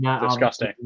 Disgusting